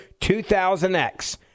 2000X